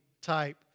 type